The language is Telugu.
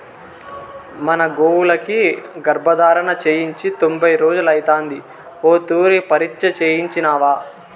మన గోవులకి గర్భధారణ చేయించి తొంభై రోజులైతాంది ఓ తూరి పరీచ్ఛ చేయించినావా